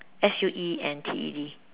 S U E N T E D